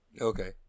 Okay